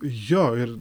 jo ir